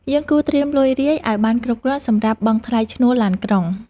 យើងគួរត្រៀមលុយរាយឱ្យបានគ្រប់គ្រាន់សម្រាប់បង់ថ្លៃឈ្នួលឡានក្រុង។